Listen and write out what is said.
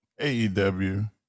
AEW